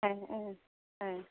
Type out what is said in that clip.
ओं ओं ओं